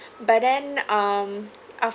but then um after